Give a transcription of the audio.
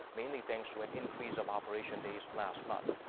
mainly thanks to an increase of operation days last month.